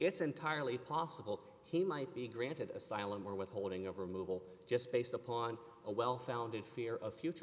it's entirely possible he might be granted asylum or withholding over move all just based upon a well founded fear of future